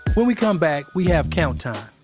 when we come back, we have count time.